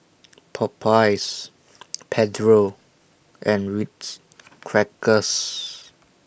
Popeyes Pedro and Ritz Crackers